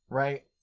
right